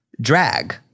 drag